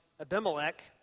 Abimelech